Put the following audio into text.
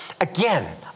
again